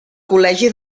col·legi